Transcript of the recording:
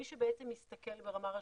מי שבעצם מסתכל ברמה רשותית,